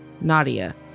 Nadia